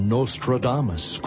Nostradamus